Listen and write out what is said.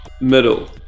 middle